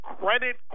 credit